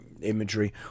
imagery